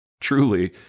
truly